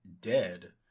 Dead